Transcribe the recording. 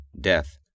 death